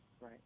right